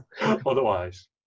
otherwise